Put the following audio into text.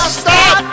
stop